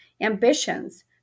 ambitions